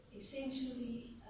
essentially